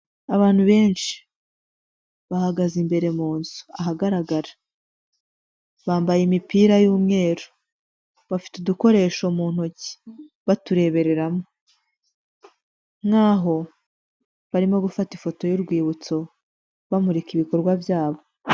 Abantu benshi bahagaze imbere mu nzu ahagaragara. Bambaye imipira y'umweru bafite udukoresho mu ntoki, baturebereramo nk'aho barimo gufata ifoto y'urwibutso bamurika ibikorwa byabo.